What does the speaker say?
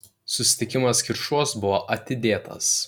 susitikimas kiršuos buvo atidėtas